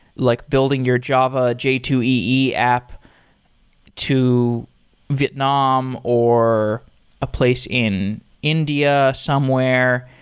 like building your java g two e e app to vietnam or a place in india somewhere.